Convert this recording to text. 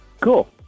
cool